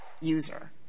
user